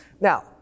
Now